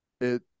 It